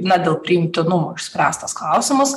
ne dėl priimtinų išspręstas klausimas